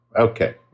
Okay